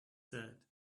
said